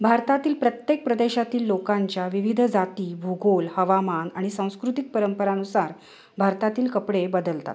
भारतातील प्रत्येक प्रदेशातील लोकांच्या विविध जाती भूगोल हवामान आणि सांस्कृतिक परंपरांनुसार भारतातील कपडे बदलतात